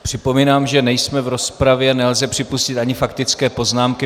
Připomínám, že nejsme v rozpravě, nelze připustit ani faktické poznámky.